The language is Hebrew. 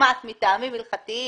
יושמט מטעמים הלכתיים.